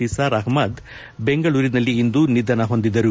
ನಿಸಾರ್ ಅಪಮದ್ ಬೆಂಗಳೂರಿನಲ್ಲಿಂದು ನಿಧನ ಹೊಂದಿದರು